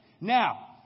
Now